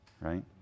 Right